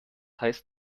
heißt